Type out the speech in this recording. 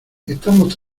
estamos